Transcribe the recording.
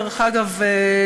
דרך אגב,